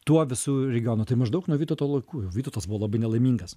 tuo visu regionu tai maždaug nuo vytauto laikų jau vytautas buvo labai nelaimingas